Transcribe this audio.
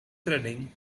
threading